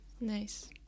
Nice